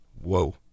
Whoa